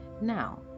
Now